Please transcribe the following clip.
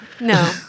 No